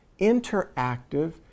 interactive